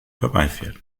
vorbeifährt